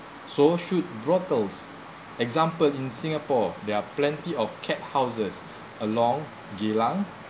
so should brothels example in singapore there are plenty of cat houses along Geylang